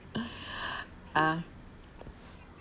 ah